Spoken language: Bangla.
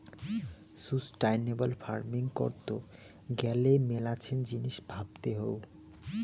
সুস্টাইনাবল ফার্মিং করত গ্যালে মেলাছেন জিনিস ভাবতে হউ